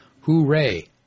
Hooray